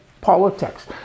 politics